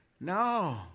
no